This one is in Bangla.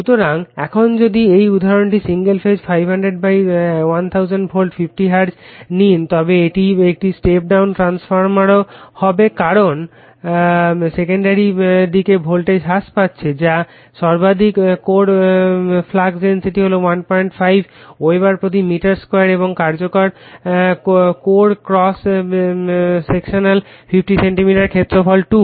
সুতরাং এখন যদি এই উদাহরণটি সিঙ্গেল ফেজ 500 1000 ভোল্ট 50 হার্টজ নিন তবে এটি একটি স্টেপ ডাউন ট্রান্সফরমারও হবে কারণ সেকেন্ডারি দিকে ভোল্টেজ হ্রাস পাচ্ছে যার সর্বাধিক কোর ফ্লাক্স ডেনসিটি হল 15 ওয়েবার প্রতি মিটার 2 এবং কার্যকর কোর ক্রস সেকশনাল 50 সেন্টিমিটার ক্ষেত্রফল 2